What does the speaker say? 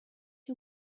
you